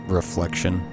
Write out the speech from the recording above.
reflection